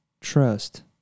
trust